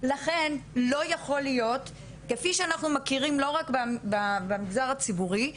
לכן לא יכול להיות כפי שאנחנו מכירים לא רק במגזר הציבורי,